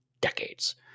decades